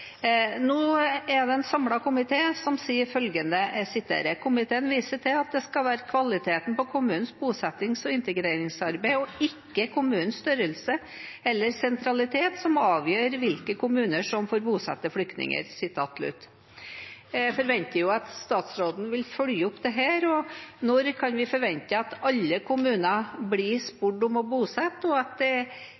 Nå er det en samlet komité som sier følgende: «Komiteen viser til at det skal være kvaliteten på kommunenes bosettings- og integreringsarbeid, og ikke kommunenes størrelse eller sentralitet, som avgjør hvilke kommuner som får bosette flyktninger.» Jeg forventer jo at statsråden vil følge opp dette. Når kan vi forvente at alle kommuner blir